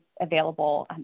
available